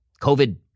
COVID